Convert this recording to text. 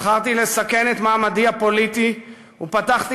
בחרתי לסכן את מעמדי הפוליטי ופתחתי